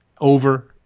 over